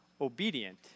obedient